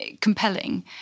compelling